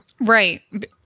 right